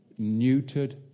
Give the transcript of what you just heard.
Neutered